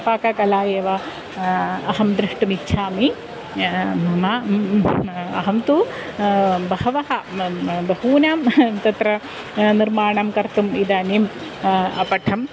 पाककला एव अहं द्रष्टुमिच्छामि म अहं तु बहवः म म बहूनां तत्र निर्माणं कर्तुम् इदानीं अपठम्